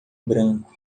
branco